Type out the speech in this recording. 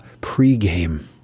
pregame